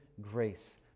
grace